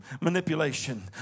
manipulation